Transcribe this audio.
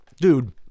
dude